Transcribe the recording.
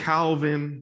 Calvin